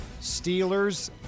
Steelers